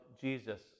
Jesus